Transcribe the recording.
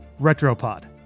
Retropod